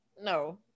No